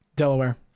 Delaware